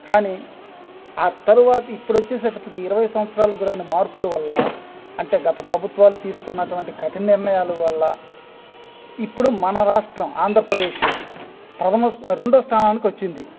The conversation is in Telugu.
కానీ ఆ తరువాత ఇప్పుడు వచ్చేసేటప్పటికీ ఇరవై సంవత్సరాలకి గురైన మార్పుల వల్ల అంటే గత ప్రభుత్వాలు తీసుకున్నటువంటి కఠిన నిర్ణయాలు వల్ల ఇప్పుడు మన రాష్ట్రం ఆంధ్రప్రదేశ్ ప్రధమ రెండో స్థానానికి వచ్చింది